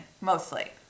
Mostly